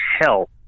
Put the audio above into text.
hell